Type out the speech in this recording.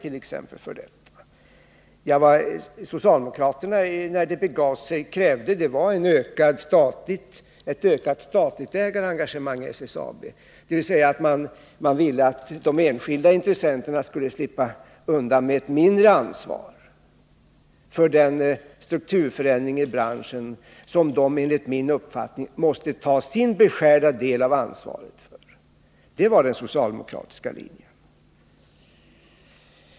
Vad socialdemokraterna när det begav sig krävde var en ökning av det statliga ägarengagemanget i SSAB, dvs. man ville att de enskilda intressenterna skulle slippa undan med ett mindre ansvar för den strukturförändring i branschen för vilken de, enligt min uppfattning, måste ta sin beskärda del av ansvaret. Detta var den socialdemokratiska linjen.